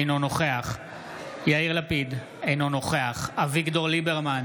אינו נוכח יאיר לפיד, אינו נוכח אביגדור ליברמן,